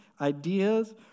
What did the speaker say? ideas